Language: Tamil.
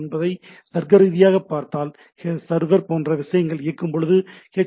எனவே தர்க்கரீதியாகப் பார்த்தால் சர்வர் போன்ற விஷயங்கள் இயங்கும்போது எச்